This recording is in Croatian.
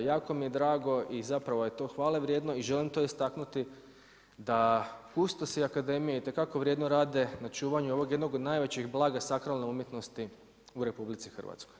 Jako bi je drago i zapravo je to hvalevrijedno i želim to istaknuti da kustosi akademije itekako vrijedno rade na čuvanju ovog jednog od najvećih blaga sakralne umjetnosti u RH.